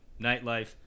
nightlife